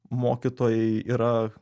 mokytojai yra